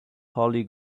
holly